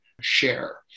share